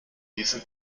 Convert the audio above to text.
diesem